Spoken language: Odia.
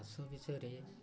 ଚାଷ ବିଷୟରେ